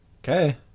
Okay